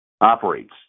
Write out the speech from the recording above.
operates